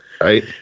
Right